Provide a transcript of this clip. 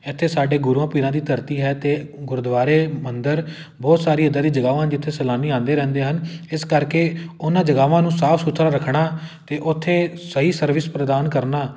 ਇੱਥੇ ਸਾਡੇ ਗੁਰੂਆਂ ਪੀਰਾਂ ਦੀ ਧਰਤੀ ਹੈ ਅਤੇ ਗੁਰਦੁਆਰੇ ਮੰਦਰ ਬਹੁਤ ਸਾਰੀਆਂ ਇੱਦਾਂ ਦੀ ਜਗ੍ਹਾਵਾਂ ਹਨ ਜਿੱਥੇ ਸੈਲਾਨੀ ਆਉਂਦੇ ਰਹਿੰਦੇ ਹਨ ਇਸ ਕਰਕੇ ਉਹਨਾਂ ਜਗ੍ਹਾਵਾਂ ਨੂੰ ਸਾਫ਼ ਸੁਥਰਾ ਰੱਖਣਾ ਅਤੇ ਉੱਥੇ ਸਹੀ ਸਰਵਿਸ ਪ੍ਰਦਾਨ ਕਰਨਾ